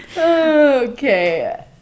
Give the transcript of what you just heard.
Okay